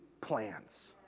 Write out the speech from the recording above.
plans